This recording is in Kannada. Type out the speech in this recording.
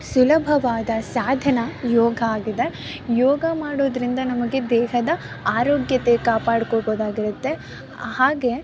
ಸುಲಭವಾದ ಸಾಧನ ಯೋಗ ಆಗಿದೆ ಯೋಗ ಮಾಡುವುದರಿಂದ ನಮಗೆ ದೇಹದ ಆರೋಗ್ಯತೆ ಕಾಪಾಡ್ಕೊಳ್ಬೋದಾಗಿರುತ್ತೆ ಹಾಗೆ